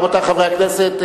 רבותי חברי הכנסת,